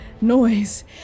noise